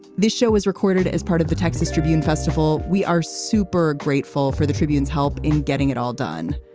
this show was recorded as part of the texas tribune festival. we are super grateful for the tribune's help in getting it all done.